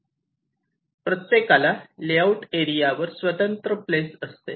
प्रत्येकाला लेआऊट एरियावर स्वतंत्र प्लेस असते